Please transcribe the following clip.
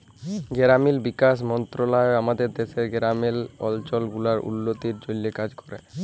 গেরামিল বিকাশ মলত্রলালয় আমাদের দ্যাশের গেরামিল অলচল গুলার উল্ল্য তির জ্যনহে কাজ ক্যরে